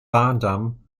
bahndamm